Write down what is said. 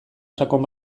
sakon